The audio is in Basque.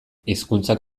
hizkuntzak